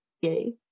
Yay